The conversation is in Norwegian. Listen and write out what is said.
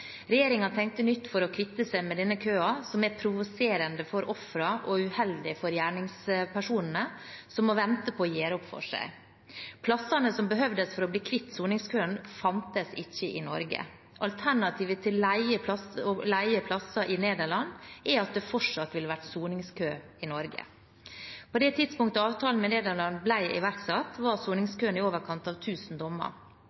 nytt for å kvitte seg med denne køen som er provoserende for ofrene og uheldig for gjerningspersonene som må vente på å gjøre opp for seg. Plassene som behøvdes for å bli kvitt soningskøen, fantes ikke i Norge. Alternativet til å leie plasser i Nederland er at det fortsatt ville vært soningskø i Norge. På det tidspunktet avtalen med Nederland ble iverksatt, var